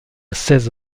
seize